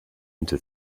into